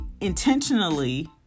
intentionally